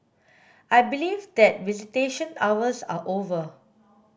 I believe that visitation hours are over